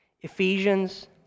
Ephesians